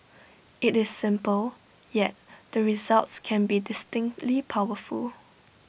IT is simple yet the results can be distinctly powerful